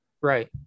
right